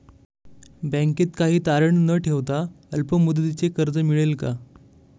बँकेत काही तारण न ठेवता अल्प मुदतीचे कर्ज मिळेल का?